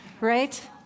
right